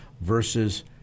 versus